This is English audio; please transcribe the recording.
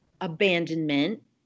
abandonment